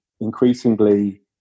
increasingly